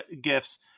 gifts